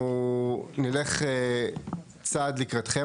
אנחנו נלך צעד לקראתכם,